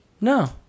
no